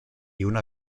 una